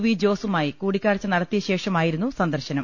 V ജോസുമായി കൂടിക്കാഴ്ച നടത്തിയശേഷമായിരുന്നു സന്ദർശനം